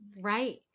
Right